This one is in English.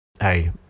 hey